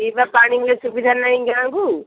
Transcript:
ପିଇବା ପାଣିର ସୁବିଧା ନାଇଁ ଗାଁକୁ